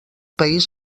país